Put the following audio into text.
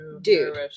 Dude